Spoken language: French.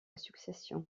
succession